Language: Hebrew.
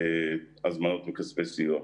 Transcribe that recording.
הזמנות מכספי סיוע.